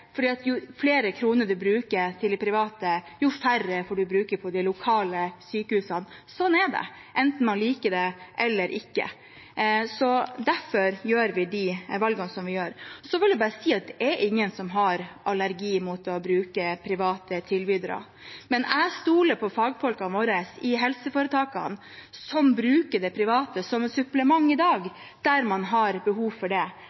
jo flere kroner man bruker på de private, jo færre får man bruke på de lokale sykehusene. Sånn er det, enten man liker det eller ikke. Derfor tar vi de valgene som vi gjør. Så vil jeg bare si at det er ingen som har allergi mot å bruke private tilbydere, men jeg stoler på fagfolkene våre i helseforetakene, som bruker de private som et supplement i dag der man har behov for det.